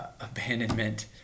abandonment